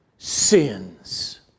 Sins